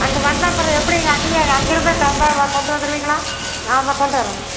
அங்கே வந்தால் அப்புறம் எப்படிங்க அங்கே அங்கேருந்து டப்பாவை கொண்டு வந்துருவீங்களா நாங்கள் கொண்டுவரணுமா